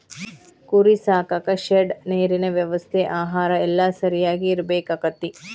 ಕುರಿ ಸಾಕಾಕ ಶೆಡ್ ನೇರಿನ ವ್ಯವಸ್ಥೆ ಆಹಾರಾ ಎಲ್ಲಾ ಸರಿಯಾಗಿ ಇರಬೇಕಕ್ಕತಿ